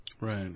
Right